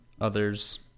others